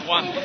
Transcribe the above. One